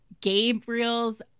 Gabriel's